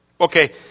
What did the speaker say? Okay